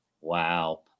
Wow